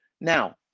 Now